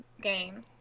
game